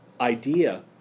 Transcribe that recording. idea